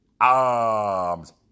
Arms